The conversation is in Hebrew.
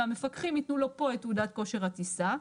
והמפקחים יתנו לו פה את תעודת כושר הטיסה.